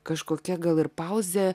kažkokia gal ir pauzė